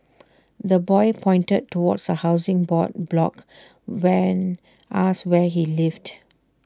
the boy pointed towards A Housing Board block when asked where he lived